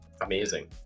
amazing